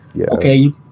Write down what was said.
Okay